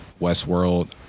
westworld